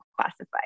classified